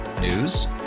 News